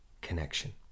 connection